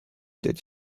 that